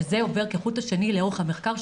וזה עובר כחוט השני לאורך המחקר,